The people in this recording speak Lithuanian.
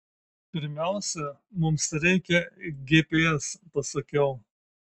pirmiausia mums reikia gps pasakiau